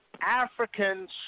Africans